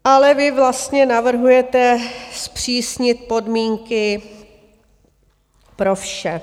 Ale vy vlastně navrhujete zpřísnit podmínky pro vše.